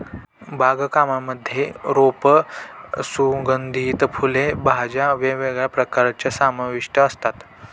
बाग कामांमध्ये रोप, सुगंधित फुले, भाज्या वेगवेगळ्या प्रकारच्या समाविष्ट असतात